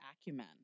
acumen